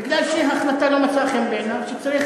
בגלל שההחלטה לא מצאה חן בעיניו,